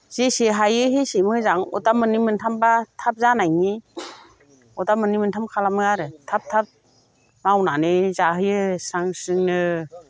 जेसे हायो एसे मोजां अर्दाब मोननै मोनथामबा थाब जानायनि अर्दाब मोननै मोनथाम खालामो आरो थाब थाब मावनानै जाहोयो स्रां स्रिंनो